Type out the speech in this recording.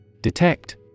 Detect